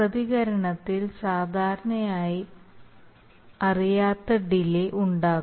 പ്രതികരണത്തിൽ സാധാരണയായി അറിയാത്ത ഡിലേ ഉണ്ടാകും